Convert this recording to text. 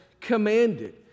commanded